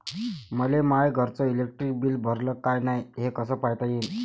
मले माया घरचं इलेक्ट्रिक बिल भरलं का नाय, हे कस पायता येईन?